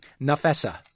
Nafessa